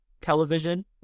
television